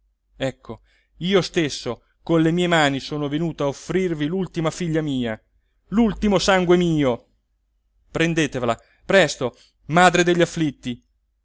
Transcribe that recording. ecco io stesso con le mie mani sono venuto a offrirvi l'ultima figlia mia l'ultimo sangue mio prendetevela presto madre degli afflitti